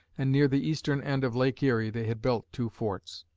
and near the eastern end of lake erie, they had built two forts.